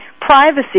privacy